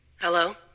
Hello